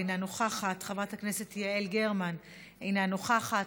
אינה נוכחת,